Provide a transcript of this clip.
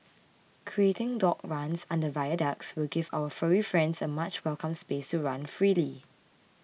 creating dog runs under viaducts will give our furry friends a much welcome space to run freely